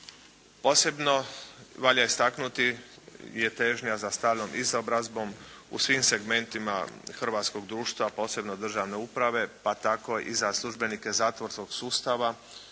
Posebno valja istaknuti je težnja za stalnom izobrazbom u svim segmentima hrvatskog društva a posebno državne uprave, pa tako i za službenike zatvorskog sustava.